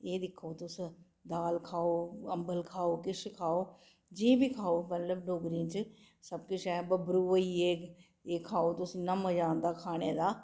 एह् दिक्खो तुस दाल खाओ अम्बल खाओ किश खाओ जे बी खाओ मतलब डोगरें च सब किश ऐ बबरू होई गे एह् खाओ तुस इन्ना मजा औंदा खाने दा